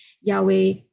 Yahweh